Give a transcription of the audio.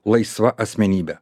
laisva asmenybe